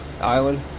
island